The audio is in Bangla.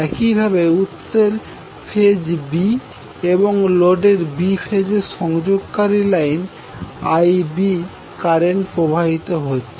একইভাবে উংসের ফেজ B এবং লোডের B ফেজের সংযোগকারী লাইনে Ib কারেন্ট প্রবাহিত হচ্ছে